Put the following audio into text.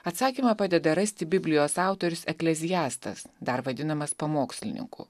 atsakymą padeda rasti biblijos autorius ekleziastas dar vadinamas pamokslininku